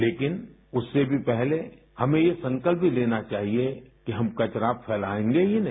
लेकिन उससे भी पहले हमें ये संकल्प भी लेना चाहिए कि हम कचरा फैलाएंगे ही नहीं